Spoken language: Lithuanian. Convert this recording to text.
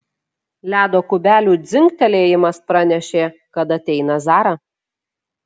ledo kubelių dzingtelėjimas pranešė kad ateina zara